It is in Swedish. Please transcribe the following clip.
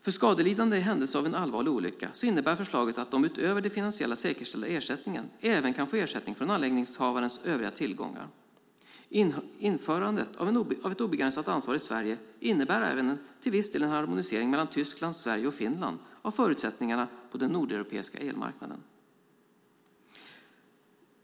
För skadelidande i händelse av en allvarlig olycka innebär förslaget att de utöver den finansiellt säkerställda ersättningen även kan få ersättning från anläggningshavarens övriga tillgångar. Införandet av ett obegränsat ansvar i Sverige innebär också till viss del en harmonisering mellan Tyskland, Sverige och Finland av förutsättningarna på den nordeuropeiska elmarknaden.